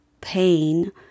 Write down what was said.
pain